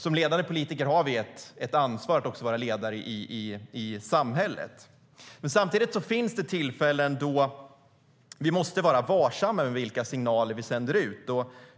Som ledande politiker har vi ett ansvar att också vara ledare i samhället. Men samtidigt finns det tillfällen då vi måste vara varsamma med vilka signaler vi sänder ut.